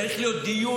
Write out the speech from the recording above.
צריך להיות דיון,